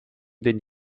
den